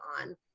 on